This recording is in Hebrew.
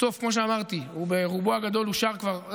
בסוף, כמו שאמרתי, הוא ברובו הגדול אושר כבר.